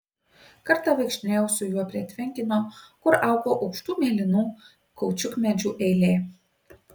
kartą vaikštinėjau su juo prie tvenkinio kur augo aukštų mėlynų kaučiukmedžių eilė